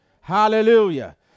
Hallelujah